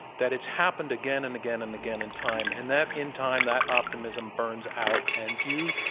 that it's happened again and again and again in time. and that in time that optimism burns out. and you,